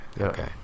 Okay